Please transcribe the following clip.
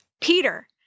Peter